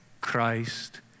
Christ